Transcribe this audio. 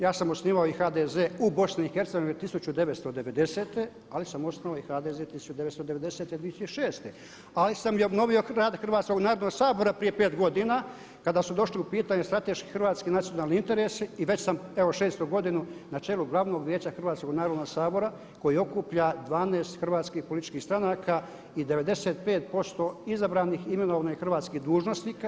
Ja sam osnivao i HDZ u BiH 1990. ali sam osnovao i HDZ 1990-2006, ali sam i obnovio rad Hrvatskog narodnog sabora prije 5 godina kada su došli u pitanje strateški hrvatski nacionalni interesi i već sam evo šestu godinu na čelu Glavnog vijeća Hrvatskog narodnog sabora koji okuplja 12 hrvatskih političkih stranaka i 95% izabranih imenovanih hrvatskih dužnosnika.